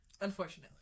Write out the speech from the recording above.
Unfortunately